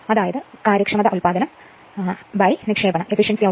അതായത് കാര്യക്ഷമത ഉത്പാദനം നിക്ഷേപണം efficiency outputinput